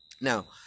now